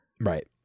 right